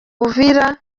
uvira